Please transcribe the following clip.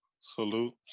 Salute